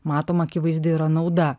matom akivaizdi yra nauda